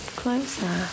closer